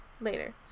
Later